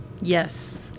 Yes